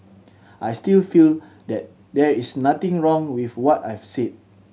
I still feel that there is nothing wrong with what I've said